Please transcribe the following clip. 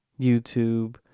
YouTube